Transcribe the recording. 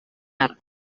art